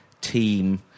team